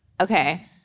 Okay